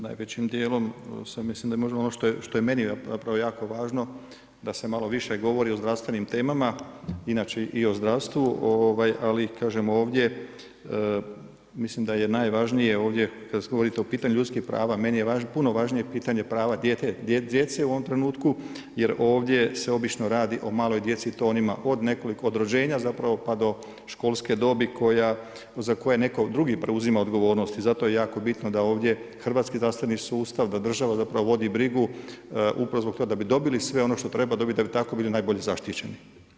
Najvećim dijelom mislim ono što je meni jako važno da se malo više govori o zdravstvenim temama inače i o zdravstvu, ali kažem ovdje mislim da je najvažnije ovdje kada govorite o pitanju ljudskih prava meni je puno važnije pitanje prava djece u ovom trenutku, jer ovdje se obično radi o maloj djeci i to onima od rođenja zapravo pa do školske dobi za koje netko drugi preuzima odgovornost i zato je jako bitno da ovdje hrvatski zdravstveni sustav, da država zapravo vodi brigu upravo zbog toga da bi dobili sve ono što treba dobiti da bi tako bili najbolje zaštićeni.